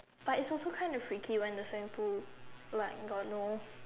but its also kind of freaky when the swimming pool like got no